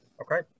Okay